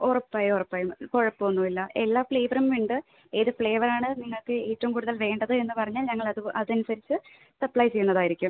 ഉറപ്പായും ഉറപ്പായും കുഴപ്പമൊന്നുമില്ല എല്ലാ ഫ്ലേവറും ഉണ്ട് ഏത് ഫ്ലേവർ ആണ് നിങ്ങൾക്ക് ഏറ്റവും കൂടുതൽ വേണ്ടത് എന്ന് പറഞ്ഞാൽ ഞങ്ങളത് അതനുസരിച്ച് സപ്ലൈ ചെയ്യുന്നതായിരിക്കും